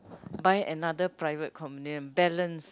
buy another private condominium balance